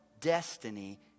destiny